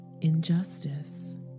injustice